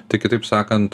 tai kitaip sakant